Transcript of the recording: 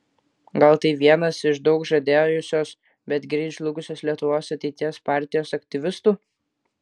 gal tai vienas iš daug žadėjusios bet greit žlugusios lietuvos ateities partijos aktyvistų